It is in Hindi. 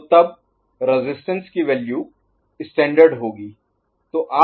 तो तब रेजिस्टेंस की वैल्यू Value मान स्टैण्डर्ड Standard मानक होगी